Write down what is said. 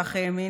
כך האמין,